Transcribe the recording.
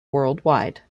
worldwide